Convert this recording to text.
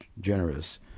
generous